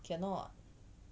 cannot lah